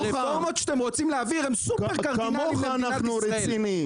הרפורמות שאתם רוצים להעביר הן קרדינליות למדינת ישראל.